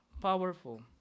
powerful